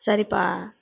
சரிப்பா